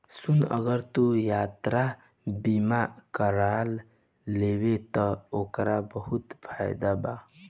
सुन अगर तू यात्रा बीमा कारा लेबे त ओकर बहुत फायदा बा